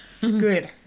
Good